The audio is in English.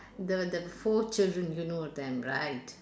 the the four children you know them right